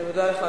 אני מודה לך,